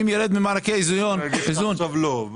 הם יגידו לך עכשיו לא.